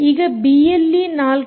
ಈಗ ಬಿಎಲ್ಈ 4